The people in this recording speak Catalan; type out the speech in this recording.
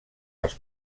als